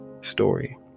story